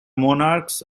monarchs